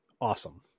awesome